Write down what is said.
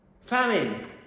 famine